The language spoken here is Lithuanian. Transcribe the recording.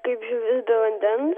kaip žuvis be vandens